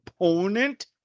opponent